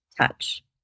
touch